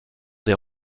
des